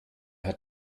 hat